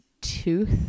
tooth